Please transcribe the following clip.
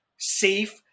safe